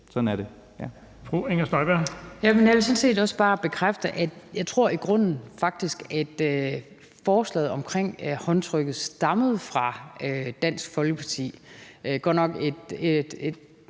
Sådan er det.